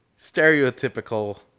Stereotypical